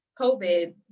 covid